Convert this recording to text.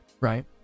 Right